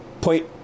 point